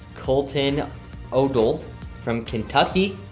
colton odell from kentucky.